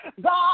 God